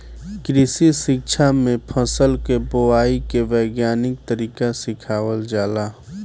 कृषि शिक्षा में फसल के बोआई के वैज्ञानिक तरीका सिखावल जाला